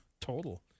Total